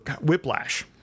Whiplash